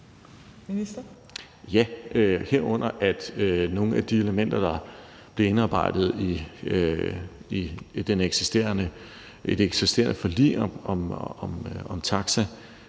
Ja, herunder at nogle af de elementer, der blev indarbejdet i det eksisterende forlig om taxa,